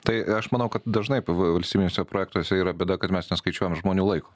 tai aš manau kad dažnai pv projektuose yra bėda kad mes neskaičiuojam žmonių laiko